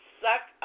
suck